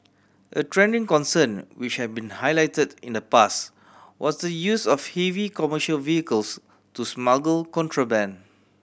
a trending concern which have been highlighted in the past was the use of heavy commercial vehicles to smuggle contraband